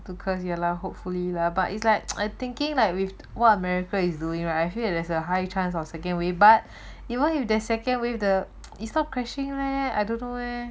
to curse yah lah hopefully lah but it's like I thinking like with what america is doing right I feel like there's a high chance of second wave but even with second wave is not crashing leh I don't know leh